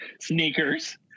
sneakers